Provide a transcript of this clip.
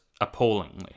appallingly